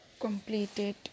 completed